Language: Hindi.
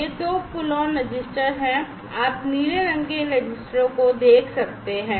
ये 2 पुल ऑन रजिस्टरों हैं आप नीले रंग के इन रजिस्टरों को देख सकते हैं